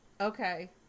okay